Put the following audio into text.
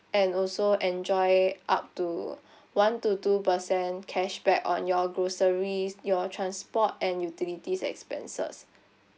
and also enjoy up to one to two percent cashback on your groceries your transport and utilities expenses